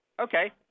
Okay